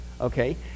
okay